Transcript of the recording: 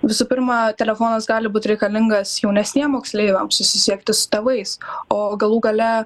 visų pirma telefonas gali būti reikalingas jaunesniem moksleiviam susisiekti su tėvais o galų gale